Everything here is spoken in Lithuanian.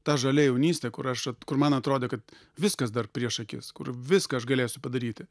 ta žalia jaunystė kur aš vat kur man atrodė kad viskas dar prieš akis kur viską aš galėsiu padaryti